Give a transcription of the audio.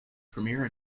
premier